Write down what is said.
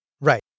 Right